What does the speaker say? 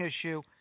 issue